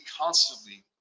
constantly